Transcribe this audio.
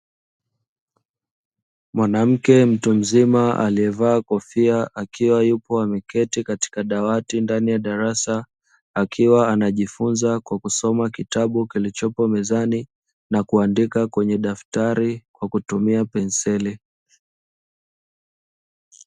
Mwanamke mtu mzima aliyevaa kofia akiwa yupo ameketi katika dawati ndani ya darasa akiwa anajifunza kwakusoma kitabu kilichopo mezani na kuandika kwenye daftari kwa kutumia penseli.